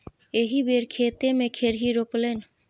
एहि बेर खेते मे खेरही रोपलनि